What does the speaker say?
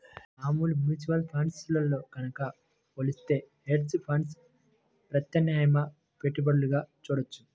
మామూలు mutual funds తో గనక పోలిత్తే హెడ్జ్ ఫండ్స్ ప్రత్యామ్నాయ పెట్టుబడులుగా చూడొచ్చు